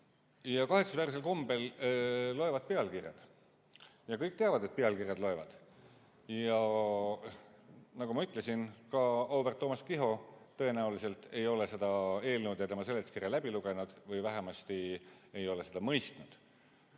Kahetsusväärsel kombel loevad pealkirjad. Ja kõik teavad, et pealkirjad loevad. Nagu ma ütlesin, ka auväärt Toomas Kiho tõenäoliselt ei ole seda eelnõu ja selle seletuskirja läbi lugenud või vähemasti ei ole seda mõistnud.